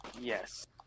Yes